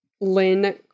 Lynn